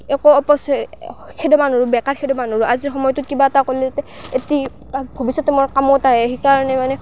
একো অপচয় খেদাব নোৱাৰোঁ বেকাৰ খেদাব নোৱাৰোঁ আজিৰ সময়টোত কিবা এটা কৰিলে যাতে এটি ভৱিষ্যতে মোৰ কামত আহে সেইকাৰণে মানে